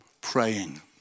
praying